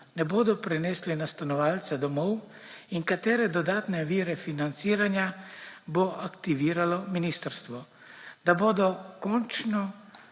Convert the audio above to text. ne bodo prenesli na stanovalce domov, in katere dodatne vire financiranja bo aktiviralo ministrstvo, da bodo končno